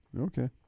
Okay